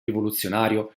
rivoluzionario